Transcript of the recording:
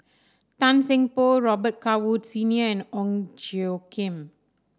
Tan Seng Poh Robet Carr Woods Senior and Ong Tjoe Kim